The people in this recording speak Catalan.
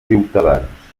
ciutadans